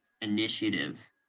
initiative